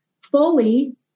fully